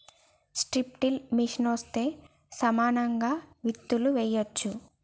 strip till మెషిన్తో సమానంగా విత్తులు వేయొచ్చు